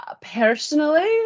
Personally